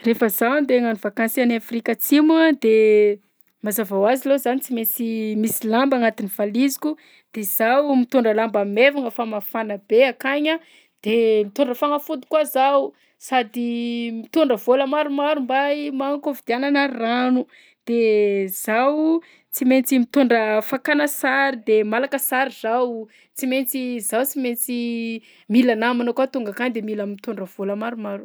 Rehefa zaho andeha hagnano vakansy any Afrika Atsimo a de mazava ho azy aloha zany tsy maintsy misy lamba agnatin'ny valiziko de zaho mitondra lamba maivagna fa mafana be akagny a, de mitondra fagnafody koa zaho sady mitondra vôla maromaro mba hiomanako am'fidianana rano, de zaho tsy maintsy mitondra fakana sary de malaka sary zaho, tsy maintsy zaho sy maintsy mila namana koa tonga akany de mitondra vôla maromaro.